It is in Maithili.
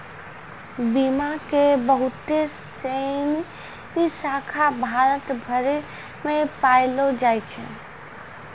बीमा के बहुते सिनी शाखा भारत भरि मे पायलो जाय छै